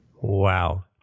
Wow